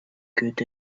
good